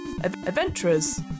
Adventurers